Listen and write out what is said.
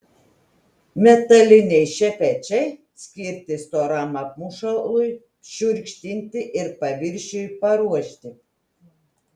metaliniai šepečiai skirti storam apmušalui šiurkštinti ir paviršiui paruošti